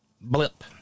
blip